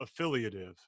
affiliative